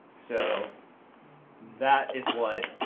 so that is what